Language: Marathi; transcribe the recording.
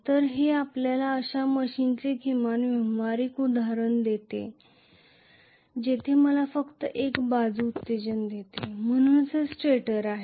तर हे आपल्याला अशा मशीनचे किमान व्यावहारिक उदाहरण देते जेथे मला फक्त एक बाजू उत्तेजन देते म्हणूनच हे स्टेटर आहे